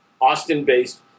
Austin-based